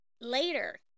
later